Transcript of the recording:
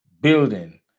building